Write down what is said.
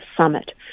summit